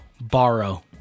borrow